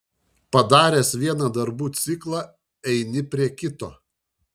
padaręs vieną darbų ciklą eini prie kito